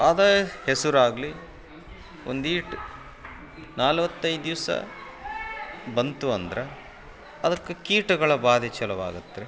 ಅದು ಹೆಸರು ಆಗಲಿ ಒಂದು ಈಟ್ ನಲ್ವತ್ತೈದು ದಿವಸ ಬಂತು ಅಂದ್ರೆ ಅದಕ್ಕೆ ಕೀಟಗಳ ಬಾಧೆ ಚಾಲು ಆಗತ್ತೆ ರೀ